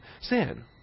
sin